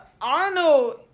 Arnold